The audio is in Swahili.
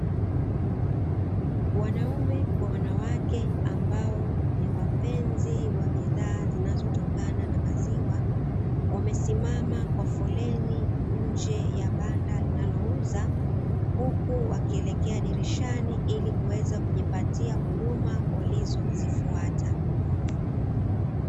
Wanaume kwa wanawake ambao ni wapenzi wa bidhaa zinazotokana na maziwa, wamesimama kwa foleni nje ya banda linalouza huku wakielekea dirishani ili kuweza kujipatia huduma walizozifuata.